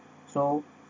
so